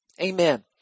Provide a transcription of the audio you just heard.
Amen